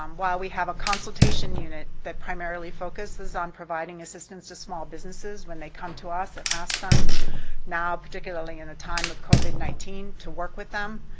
um while we have a consultation unit that primarily focuses on providing assistance assistance to small businesses when they come to us and ask them now particularly in a time of covid nineteen to work with them,